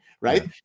right